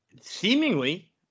seemingly